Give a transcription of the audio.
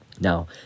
Now